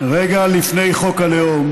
רגע לפני חוק הלאום